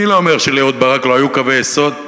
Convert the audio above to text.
אני לא אומר שלאהוד ברק לא היו קווי יסוד.